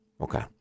Okay